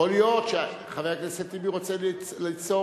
יכול להיות שחבר הכנסת טיבי רוצה ליצור